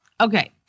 Okay